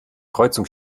kreuzung